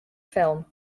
film